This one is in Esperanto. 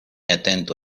atentu